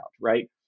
right